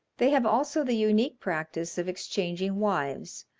they have also the unique practice of exchanging wives.